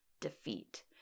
defeat